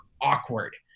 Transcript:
awkward